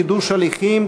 חידוש הליכים),